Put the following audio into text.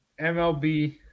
MLB